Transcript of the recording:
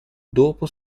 dopo